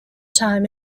time